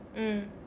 mm